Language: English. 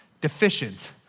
deficient